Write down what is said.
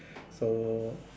so